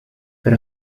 per